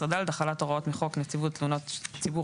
החלת הוראות מחוק נציב תלונות הציבור